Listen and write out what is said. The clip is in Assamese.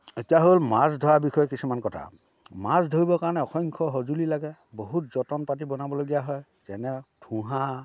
এতিয়া হ'ল মাছ ধৰাৰ বিষয়ে কিছুমান কথা মাছ ধৰিবৰ কাৰণে অসংখ্য সঁজুলি লাগে বহুত যতন পাতি বনাবলগীয়া হয় যেনে ঠোঁহা